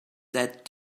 that